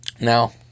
Now